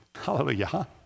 Hallelujah